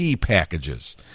packages